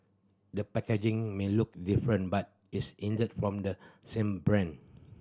the packaging may look different but it's indeed from the same brand